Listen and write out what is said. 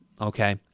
okay